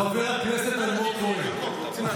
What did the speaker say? חבר הכנסת אלמוג כהן.